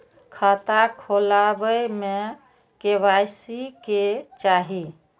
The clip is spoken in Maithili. खाता खोला बे में के.वाई.सी के चाहि?